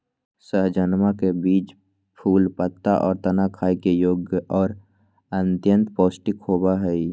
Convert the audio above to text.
सहजनवन के बीज, फूल, पत्ता, और तना खाय योग्य और अत्यंत पौष्टिक होबा हई